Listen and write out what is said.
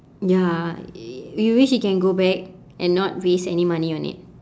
ya you wish you can go back and not waste any money on it